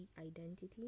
identity